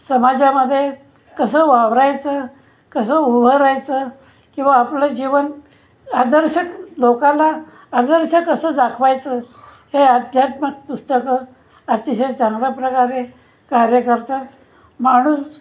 समाजामध्ये कसं वावरायचं कसं उभं रहायचं किंवा आपलं जीवन आदर्शक लोकाला आदर्श कसं दाखवायचं हे आध्यात्मक पुस्तकं अतिशय चांगल्या प्रकारे कार्य करतात माणूस